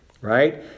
Right